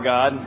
God